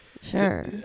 Sure